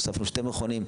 הוספנו שני מכונים,